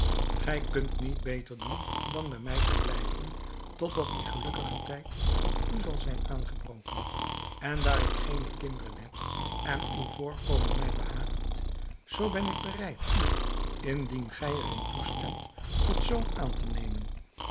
gij kunt niet beter doen dan bij mij te blijven tot dat die gelukkiger tijd voor u zal zijn aangebroken en daar ik geene kinderen heb en uw voorkomen mij behaagt zoo ben ik bereid u indien gij er in toestemt tot zoon aan te nemen